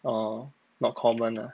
orh not common ah